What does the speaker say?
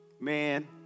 man